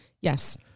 Yes